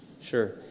Sure